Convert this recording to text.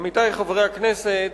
עמיתי חברי הכנסת,